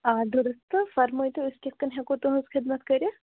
آ دُرُستہٕ فرمٲیتو أسۍ کِتھ کٔنۍ ہٮ۪کو تٕہٕنٛز خدمَت کٔرِتھ